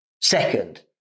Second